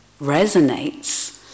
resonates